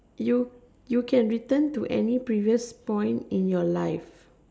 you you can return to any previous point in your life